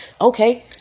okay